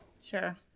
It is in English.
Sure